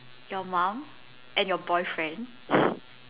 your mom and your boyfriend